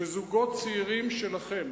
שזוגות צעירים שלכם,